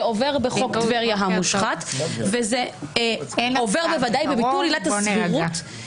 זה עובר בחוק טבריה המושחת וזה עובר בוודאי בביטול עילת הסבירות,